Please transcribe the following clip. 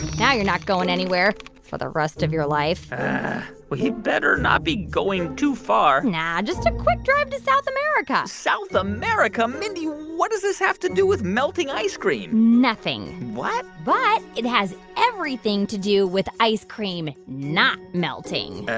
now you're not going anywhere for the rest of your life we better not be going too far nah, just a quick drive to south america south america? mindy, what does this have to do with melting ice cream? nothing what? but it has everything to do with ice cream not melting.